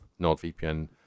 NordVPN